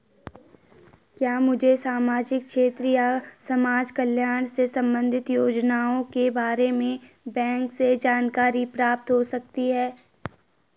क्या मुझे सामाजिक क्षेत्र या समाजकल्याण से संबंधित योजनाओं के बारे में बैंक से जानकारी प्राप्त हो सकती है?